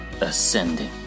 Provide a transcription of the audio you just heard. ascending